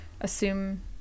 Assume